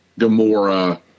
Gamora